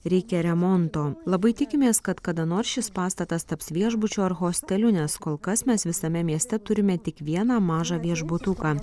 reikia remonto labai tikimės kad kada nors šis pastatas taps viešbučiu ar hosteliu nes kol kas mes visame mieste turime tik vieną mažą viešbutuką